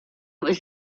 was